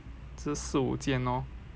只是四五见 lor